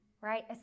right